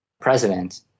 president